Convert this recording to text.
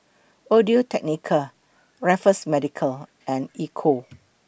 Audio Technica Raffles Medical and Ecco